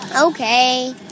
Okay